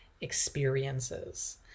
experiences